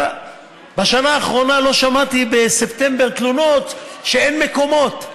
בשנה האחרונה לא שמעתי בספטמבר תלונות שאין מקומות,